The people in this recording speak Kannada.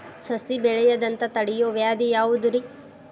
ಸಸಿ ಬೆಳೆಯದಂತ ತಡಿಯೋ ವ್ಯಾಧಿ ಯಾವುದು ರಿ?